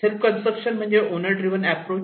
self construction म्हणजेच owner driven approach